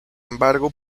embargo